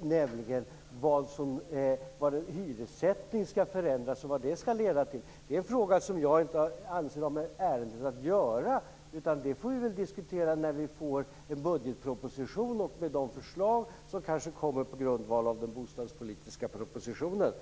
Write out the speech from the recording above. nämligen hur hyressättningen skall förändras och vad det skall leda till. Det är en fråga som inte har med ärendet att göra, anser jag. Det får vi väl diskutera när vi får en budgetproposition med de förslag som kanske väcks på grundval av den bostadspolitiska propositionen.